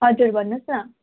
हजुर भन्नुहोस् न